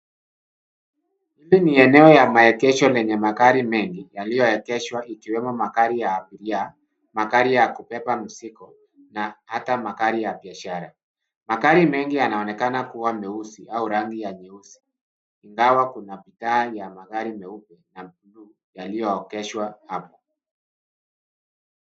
Hili ni eneo ya maegesho ya magari lenye mengi yaliyoegeshwa ikiwemo magari ya abiria, magari ya kubeba mzigo na hata magari ya biashara. Magari mengi yanaonekana kuwa meusi au rangi ya nyeusi ingawa kuna baadhi ya magari meupe na buluu yaliyoegeshwa hapa.